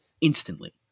instantly